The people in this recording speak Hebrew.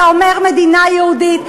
אתה אומר: מדינה יהודית.